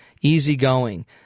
easygoing